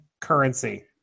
currency